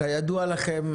כידוע לכם,